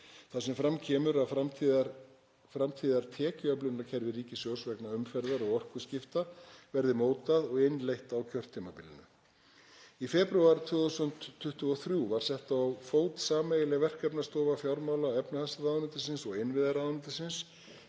þar sem fram kemur að framtíðartekjuöflunarkerfi ríkissjóðs vegna umferðar og orkuskipta verði mótað og innleitt á kjörtímabilinu. Í febrúar 2023 var sett á fót sameiginleg verkefnastofa fjármála- og efnahagsráðuneytisins og innviðaráðuneytisins